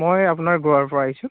মই আপোনাৰ গোৱাৰ পৰা আহিছোঁ